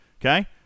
Okay